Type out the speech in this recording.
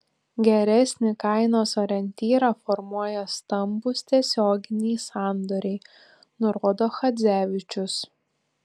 geresnį kainos orientyrą formuoja stambūs tiesioginiai sandoriai nurodo chadzevičius